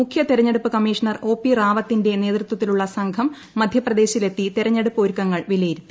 മുഖ്യ തെരഞ്ഞെടുപ്പ് commissioner O P റാവത്തിന്റെ നേതൃത്തിലുള്ള സംഘം മധ്യപ്രദേശിൽ എത്തി തെരഞ്ഞെടുപ്പ് ഒരുക്കങ്ങൾ വിലയിരുത്തി